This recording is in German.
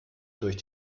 durch